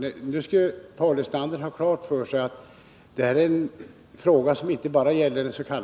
Men Paul Lestander måste också ha klart för sig att detta är en fråga som inte gäller bara den s.k.